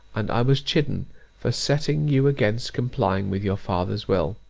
and i was chidden for setting you against complying with your father's will.